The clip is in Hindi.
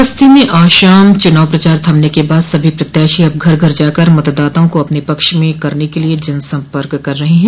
बस्ती में आज शाम चुनाव प्रचार थमने के बाद सभी प्रत्याशी अब घर घर जाकर मतदाताओं को अपने पक्ष में करने के लिये जनसम्पर्क कर रहे हैं